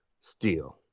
Steel